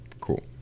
cool